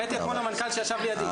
הראיתי אתמול למנכ"ל שישב לידי.